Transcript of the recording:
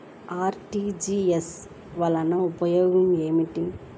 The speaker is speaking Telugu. అర్.టీ.జీ.ఎస్ వలన ఉపయోగం ఏమిటీ?